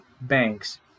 banks